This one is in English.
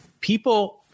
people